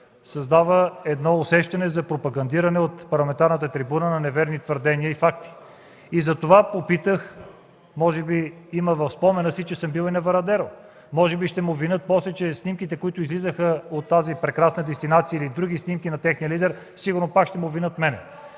създават усещане за пропагандиране от парламентарната трибуна на неверни твърдения и факти. Затова попитах: може би има в спомена си, че съм бил и на Варадеро. Може би после ще ме обвинят, че снимките, които излизаха от тази прекрасна дестинация или други снимки на техния лидер, сигурно пак ще обвинят мен.